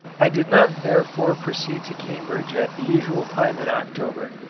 i did not therefore proceed to cambridge at the usual time in october,